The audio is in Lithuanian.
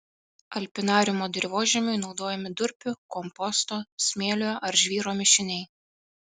alpinariumo dirvožemiui naudojami durpių komposto smėlio ar žvyro mišiniai